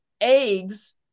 eggs